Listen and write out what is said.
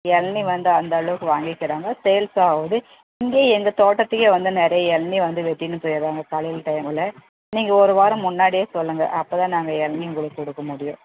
இளநீ வந்து அந்த அளவுக்கு வாங்கிக்கிறாங்க சேல்ஸ் ஆகுது இங்கே எங்கள் தோட்டத்துக்கே வந்து நிறைய இளநீ வந்து வெட்டின்னு போயிடுறாங்க காலையில் டைமில் நீங்கள் ஒரு வாரம் முன்னாடியே சொல்லுங்க அப்போ தான் நாங்கள் இளநீ உங்களுக்கு கொடுக்க முடியும்